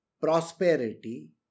Prosperity